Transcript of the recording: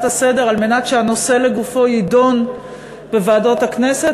לסדר-היום על מנת שהנושא לגופו יידון בוועדות הכנסת,